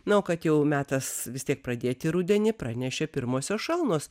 na o kad jau metas vis tiek pradėti rudenį pranešė pirmosios šalnos